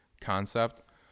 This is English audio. concept